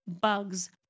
bugs